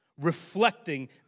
reflecting